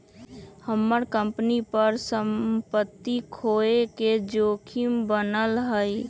हम्मर कंपनी पर सम्पत्ति खोये के जोखिम बनल हई